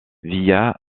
via